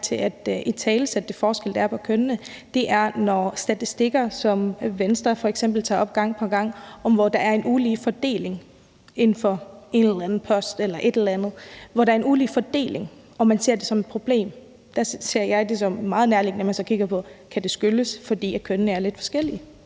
til at italesætte de forskelle, der er på kønnene, er, når statistikker som dem, som f.eks. Venstre tager op gang på gang, viser, at der er en ulige fordeling i forhold til en eller anden post eller et eller andet. Når der er en ulige fordeling og man ser det som et problem, ser jeg det som meget nærliggende, at man så kigger på, om det kan skyldes, at kønnene er lidt forskellige.